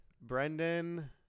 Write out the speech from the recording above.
brendan